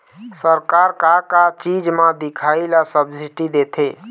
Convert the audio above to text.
सरकार का का चीज म दिखाही ला सब्सिडी देथे?